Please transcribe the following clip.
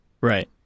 Right